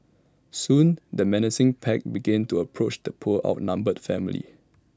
soon the menacing pack began to approach the poor outnumbered family